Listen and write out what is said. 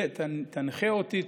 תנחה אותי,